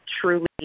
truly